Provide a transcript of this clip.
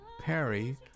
Perry